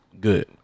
Good